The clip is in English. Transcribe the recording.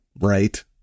right